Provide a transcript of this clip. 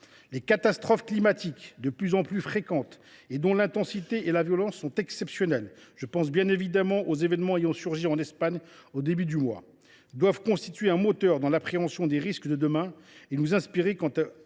Les catastrophes climatiques de plus en plus fréquentes, et dont l’intensité et la violence sont exponentielles – je pense bien évidemment aux événements ayant eu lieu en Espagne au début du mois –, doivent constituer un moteur dans l’appréhension des risques de demain et nous inspirer des